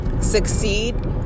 succeed